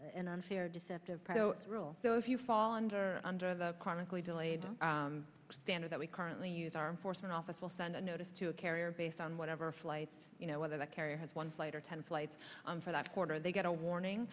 an unfair deceptive prado rule so if you fall under under the chronically delayed the standard that we currently use armed force an office will send a notice to a carrier based on whatever flights you know whether the carrier has one flight or ten flights for that quarter they get a warning